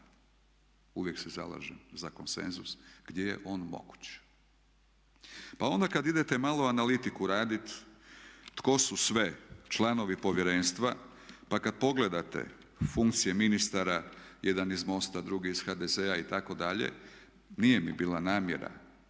uvijek se zalažem za konsenzus gdje je on moguć. Pa onda kad idete malo analitiku raditi tko su sve članovi povjerenstva pa kad pogledate funkcije ministara, jedan iz MOST-a, drugi iz HDZ-a itd., nije mi bila namjera,